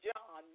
John